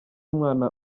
umwana